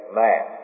man